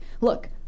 Look